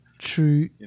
true